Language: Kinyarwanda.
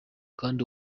kandi